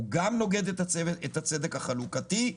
גם נוגד את הצדק החלוקתי,